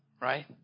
right